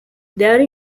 there